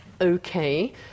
Okay